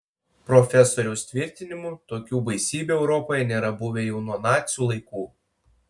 profesoriaus tvirtinimu tokių baisybių europoje nėra buvę jau nuo nacių laikų